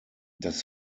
das